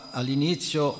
all'inizio